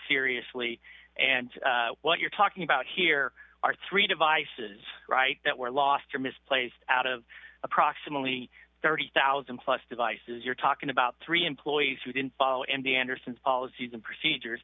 seriously and what you're talking about here are three devices right that were lost or misplaced out of approximately thirty thousand dollars plus devices you're talking about three employees who didn't follow and the andersons policies and procedures